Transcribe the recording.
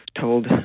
told